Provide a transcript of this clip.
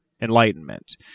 enlightenment